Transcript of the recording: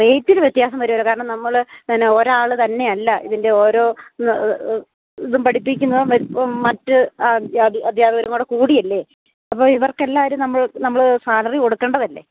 റെയ്റ്റില് വ്യത്യാസം വരുകയില്ല കാരണം നമ്മള് എന്നാ ഒരാള് തന്നെയല്ല ഇതിൻ്റെ ഓരോ ഇതും പഠിപ്പിക്കുന്നതും മറ്റ് അദ്ധ്യാപകരുംകൂടെ കൂടിയല്ലേ അപ്പോള് ഇവർക്കെല്ലാവരും നമ്മള് നമ്മള് സാലറി കൊടുക്കേണ്ടതല്ലേ